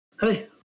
Hey